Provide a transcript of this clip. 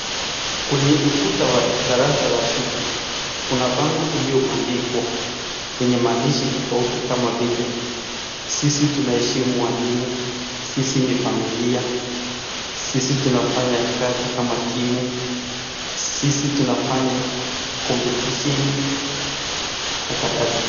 Kwenye ukuta wa darasa la shule kuna bango uliobandikwa yenye maandishi tofauti kama vile sisi tunaheshimu walimu, sisi ni familia, sisi tunafanya kazi kama timu, sisi tunafanya kompitisheni na kadhalika.